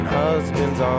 husband's